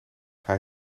hij